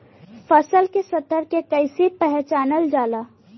फसल के स्तर के कइसी पहचानल जाला